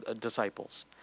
disciples